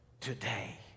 today